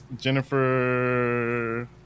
Jennifer